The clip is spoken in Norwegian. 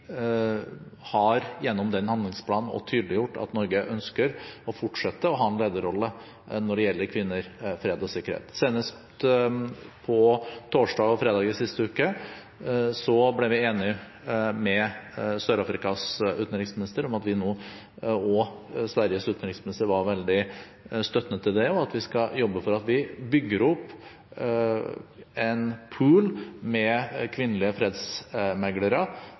har gjennom den handlingsplanen også tydeliggjort at Norge ønsker å fortsette å ha en lederrolle når det gjelder kvinner, fred og sikkerhet. Senest på torsdag og fredag sist uke ble vi enige med Sør-Afrikas utenriksminister om, og Sveriges utenriksminister var veldig støttende til det, at vi skal jobbe for å bygge opp en pool med kvinnelige